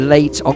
Late